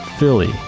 Philly